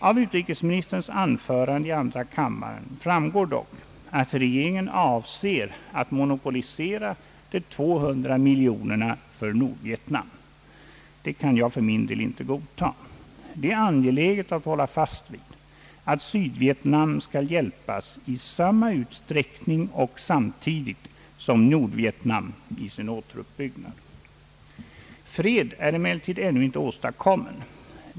Av utrikesministerns anförande i andra kammaren framgår dock att regeringen avser att monopolisera de 200 miljonerna för Nordvietnam. Det kan jag för min del inte godta. Det är angeläget att hålla fast vid att Sydvietnam skall hjälpas i samma utsträckning och samtidigt som Nordvietnam i sin återuppbyggnad. Fred är emellertid ännu inte åstadkommen.